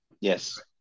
Yes